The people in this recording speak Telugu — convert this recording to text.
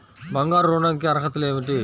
బంగారు ఋణం కి అర్హతలు ఏమిటీ?